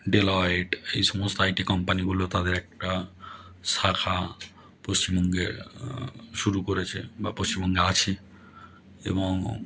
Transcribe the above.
Deloitte এই সমস্ত IT কম্পানিগুলো তাদের একটা শাখা পশ্চিমবঙ্গে শুরু করেছে বা পশ্চিমবঙ্গে আছে এবং